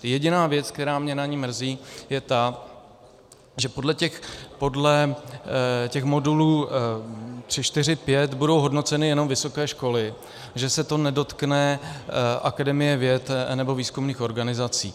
Jediná věc, která mě na ní mrzí, je ta, že podle těch modulů 3, 4, 5 budou hodnoceny jenom vysoké školy, že se to nedotkne Akademie věd nebo výzkumných organizací.